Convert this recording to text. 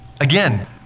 Again